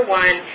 one